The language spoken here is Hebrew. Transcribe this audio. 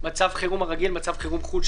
מצב חירום רגיל ומצב חירום חו"ל,